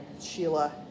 Sheila